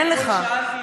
אין לך מושג.